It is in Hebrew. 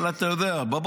במי?